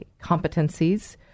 competencies